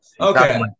Okay